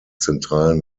zentralen